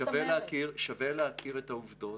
שווה להכיר את העובדות.